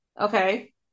okay